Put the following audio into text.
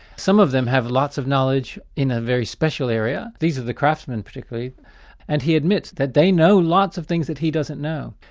some of them have lots of knowledge in a very special area these are the craftsmen particularly and he admits that they know lots of things that he doesn't know.